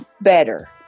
better